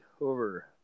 over